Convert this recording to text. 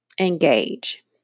engage